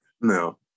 No